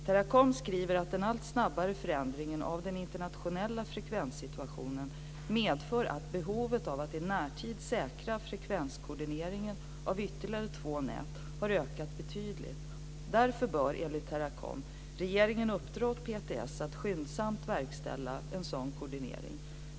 Teracom skriver att den allt snabbare förändringen av den internationella frekvenssituationen medför att behovet av att i närtid säkra frekvenskoordineringen av ytterligare två nät har ökat betydligt. Därför bör, enligt Teracom, regeringen uppdra åt PTS att skyndsamt verkställa en sådan koordinering.